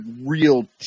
real